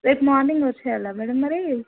రేపు మార్నింగ్ వచ్చేయాలా మ్యాడమ్ మరి